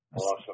Awesome